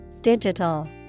Digital